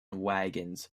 wagons